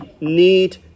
need